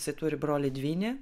jisai turi brolį dvynį